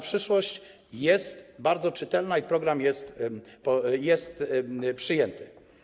Przyszłość jest bardzo czytelna i program jest przyjęty.